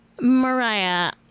Mariah